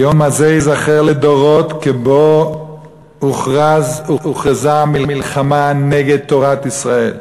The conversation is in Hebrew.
היום הזה ייזכר לדורות כיום שבו הוכרזה המלחמה נגד תורת ישראל.